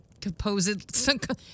composed